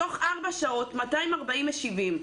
תוך ארבע שעות היו 240 משיבים.